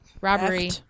robbery